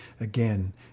Again